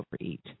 overeat